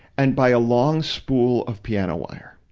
and buy a long spool of piano wire,